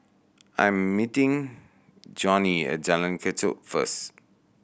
I'm meeting Johnie at Jalan Kechot first